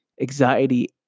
anxiety